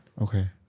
Okay